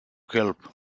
help